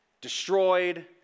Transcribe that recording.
destroyed